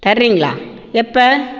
தர்றீங்களா எப்போ